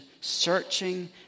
searching